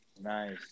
Nice